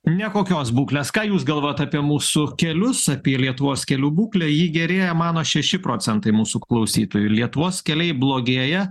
nekokios būklės ką jūs galvojat apie mūsų kelius apie lietuvos kelių būklę ji gerėja mano šeši procentai mūsų klausytojų lietuvos keliai blogėja